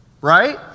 Right